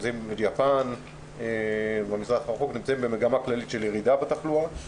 ביפן ובמזרח הרחוק נמצאים במגמה כללית של ירידה בתחלואה.